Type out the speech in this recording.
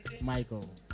Michael